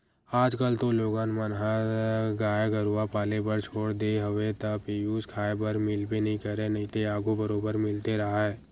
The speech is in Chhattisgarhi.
आजकल तो लोगन मन ह गाय गरुवा पाले बर छोड़ देय हवे त पेयूस खाए बर मिलबे नइ करय नइते आघू बरोबर मिलते राहय